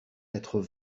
quatre